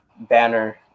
banner